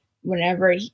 whenever